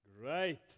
Great